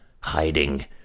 hiding